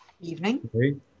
Evening